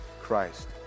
Christ